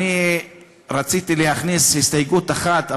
אני רציתי להכניס הסתייגות אחת,